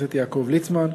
חבר הכנסת יעקב ליצמן,